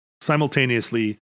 simultaneously